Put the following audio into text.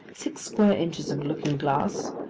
six square inches of looking-glass,